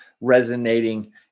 resonating